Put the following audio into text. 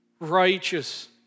Righteous